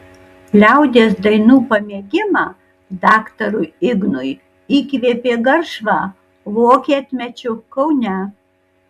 liaudies dainų pamėgimą daktarui ignui įkvėpė garšva vokietmečiu kaune